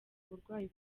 uburwayi